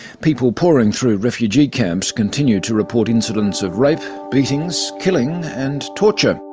people pouring through refugee camps continue to report incidents of rape, beatings, killing and torture.